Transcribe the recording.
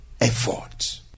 effort